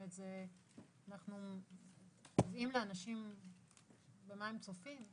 אנחנו קובעים לאנשים במה הם צופים,